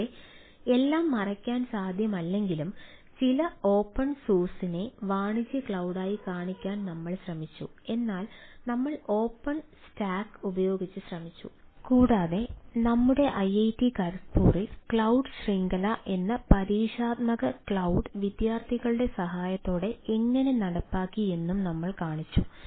കൂടാതെ എല്ലാം മറയ്ക്കാൻ സാധ്യമല്ലെങ്കിലും ചില ഓപ്പൺ സോഴ്സിനെ തുടങ്ങി നിരവധി ഓപ്പൺ കൊമേഴ്സ്യൽ ക്ലൌഡ് കൾ ഉണ്ട്